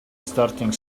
starting